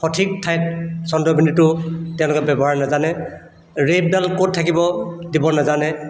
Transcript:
সঠিক ঠাইত চন্দ্ৰবিন্দুটো তেওঁলোকে ব্যৱহাৰ নাজানে ৰেফডাল ক'ত থাকিব দিব নাজানে